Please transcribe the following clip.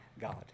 God